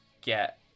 get